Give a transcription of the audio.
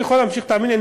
תאמיני לי,